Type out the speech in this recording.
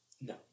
No